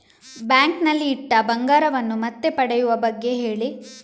bank ನಲ್ಲಿ ಇಟ್ಟ ಬಂಗಾರವನ್ನು ಮತ್ತೆ ಪಡೆಯುವ ಬಗ್ಗೆ ಹೇಳಿ